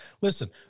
Listen